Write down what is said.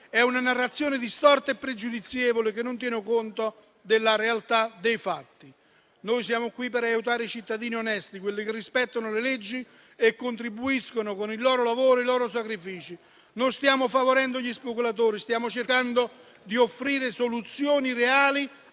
È una narrazione distorta e pregiudizievole, che non tiene conto della realtà dei fatti. Noi siamo qui per aiutare i cittadini onesti, che rispettano le leggi e contribuiscono con il loro lavoro e i loro sacrifici. Non stiamo favorendo gli speculatori, stiamo cercando di offrire soluzioni reali